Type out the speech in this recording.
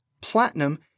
Platinum